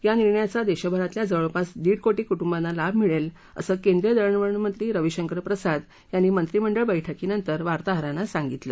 या निर्णयाचा देशभरातल्या जवळपास दीड कोटी कुटुंबांना लाभ मिळेल असं केंद्रीय दळणवळण मंत्री रविशंकर प्रसाद यांनी मंत्रिमंडळ बैठकीनंतर वार्ताहरांना सांगितलं